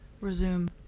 Resume